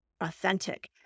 authentic